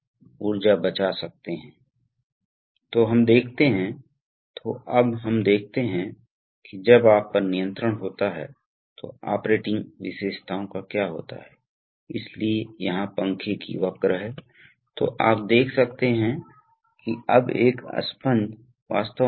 तो यहां भी आपके पास सिंगुलर कई चरण हो सकते हैं दूसरा विकल्प जो गैर सकारात्मक विस्थापन है वे आम तौर पर उपयोग किए जाते हैं जहां उच्च प्रवाह मात्रा की आवश्यकता होती है लेकिन कम दबाव पर इसलिए ऐसे मामलों में पंखे का उपयोग किया जाता है और वे केन्द्रापसारक हो सकते हैं या वे अक्षीय हो सकते हैं